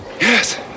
Yes